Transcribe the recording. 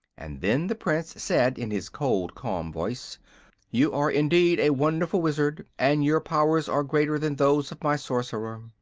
and then the prince said, in his cold, calm voice you are indeed a wonderful wizard, and your powers are greater than those of my sorcerer.